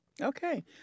Okay